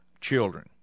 children